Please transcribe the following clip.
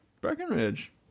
Breckenridge